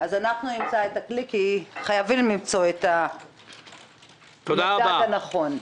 אז אנחנו נמצא את הכלי כי חייבים למצוא את המדד הנכון.